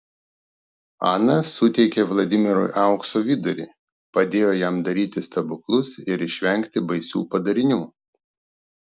ana suteikė vladimirui aukso vidurį padėjo jam daryti stebuklus ir išvengti baisių padarinių